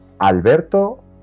Alberto